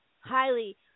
highly